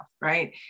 right